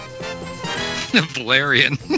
Valerian